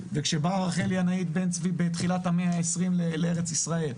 וכשבאה רחל ינאית בן צבי בתחילת המאה העשרים לארץ ישראל,